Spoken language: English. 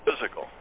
physical